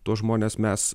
tuos žmones mes